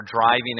driving